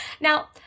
Now